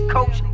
Coach